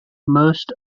most